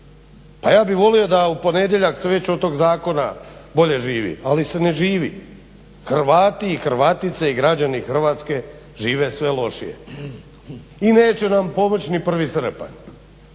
Pa ja bi volio da u ponedjeljak se već od tog zakona bolje živi, ali se ne živi. Hrvati i Hrvatice i građani Hrvatske žive sve lošije. I neće nam pomoći ni 1. srpanj,